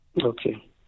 Okay